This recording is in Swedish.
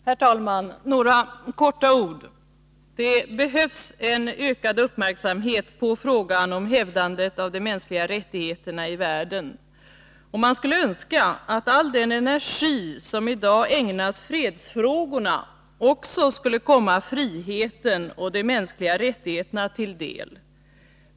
Herr talman! Låt mig kortfattat få säga några ord. Det behövs en ökad uppmärksamhet på frågan om hävdandet av de mänskliga rättigheterna i världen. Man skulle önska att all den energi som i dag ägnas fredsfrågorna också fick komma friheten och de mänskliga rättigheterna till del.